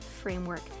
framework